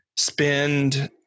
spend